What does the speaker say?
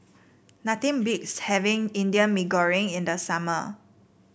nothing beats having Indian Mee Goreng in the summer